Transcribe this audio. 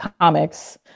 comics